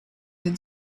been